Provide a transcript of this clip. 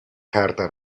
carta